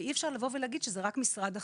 ואי אפשר לומר שזה רק משרד החינוך.